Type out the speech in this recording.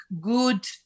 good